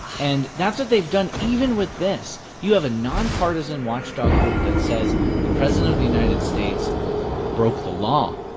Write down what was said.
and that's what they've done even with this. you have a nonpartisan watchdog group that says the president of the united states broke the law.